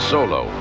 Solo